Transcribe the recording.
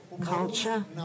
culture